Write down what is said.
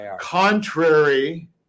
contrary